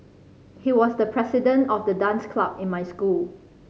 he was the president of the dance club in my school